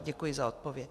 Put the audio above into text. Děkuji za odpověď.